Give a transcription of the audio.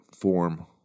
form